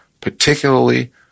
particularly –